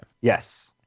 Yes